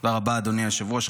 תודה רבה, אדוני היושב-ראש.